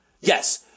Yes